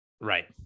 Right